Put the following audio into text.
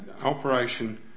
operation